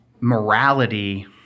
morality